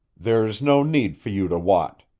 there's no need for you to wot,